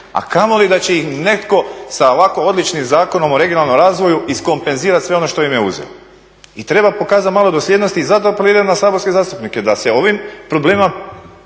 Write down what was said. a kamoli da će ih netko sa ovako odličnim Zakonom o regionalnom razvoju iskompenzirati sve ono što im je uzeto. I treba pokazati malo dosljednosti i zato apeliram na saborske zastupnike da se ovim problemima